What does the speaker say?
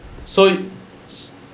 so